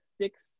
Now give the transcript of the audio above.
six